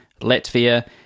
Latvia